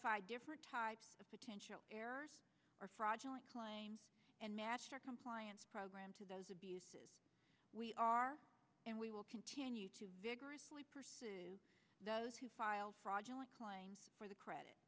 identified different types of potential errors or fraudulent claims and matched your compliance program to those abuses we are and we will continue to vigorously pursue those who filed fraudulent claims for the credit